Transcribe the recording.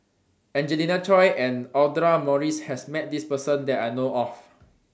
Angelina Choy and Audra Morrice has Met This Person that I know of